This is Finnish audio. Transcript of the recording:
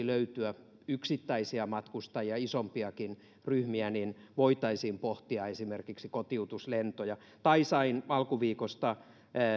löytyä yksittäisiä matkustajia isompiakin ryhmiä voitaisiin pohtia esimerkiksi kotiutuslentoja tai sain alkuviikosta